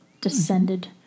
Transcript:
descended